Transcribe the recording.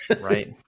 Right